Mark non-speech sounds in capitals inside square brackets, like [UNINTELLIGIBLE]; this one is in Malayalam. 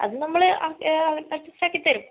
അത് നമ്മൾ [UNINTELLIGIBLE] അഡ്ജസ്റ്റ് ആക്കി തരും